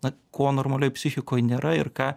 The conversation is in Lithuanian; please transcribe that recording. na ko normalioj psichikoj nėra ir ką